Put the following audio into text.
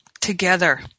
together